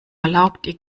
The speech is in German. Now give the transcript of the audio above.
erlaubt